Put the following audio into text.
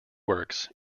works